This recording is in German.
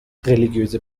religiöse